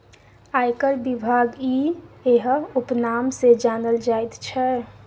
आयकर विभाग इएह उपनाम सँ जानल जाइत छै